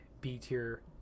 b-tier